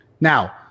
Now